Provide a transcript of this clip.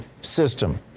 system